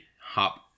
hop